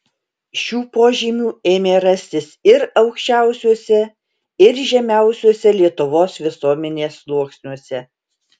šių požymių ėmė rastis ir aukščiausiuose ir žemiausiuose lietuvos visuomenės sluoksniuose